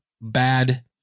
bad